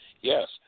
Yes